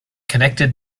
connected